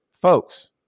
folks